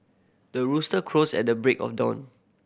the rooster crows at the break of dawn